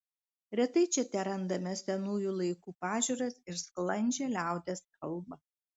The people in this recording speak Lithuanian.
retai čia terandame senųjų laikų pažiūras ir sklandžią liaudies kalbą